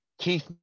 Keith